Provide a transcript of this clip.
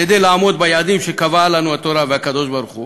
כדי לעמוד ביעדים שקבעה לנו התורה והקדוש-ברוך-הוא,